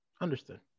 Understood